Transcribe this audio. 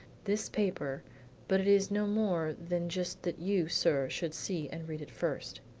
this paper but it is no more than just that you, sir, should see and read it first.